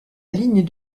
ligne